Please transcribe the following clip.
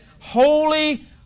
Holy